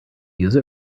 use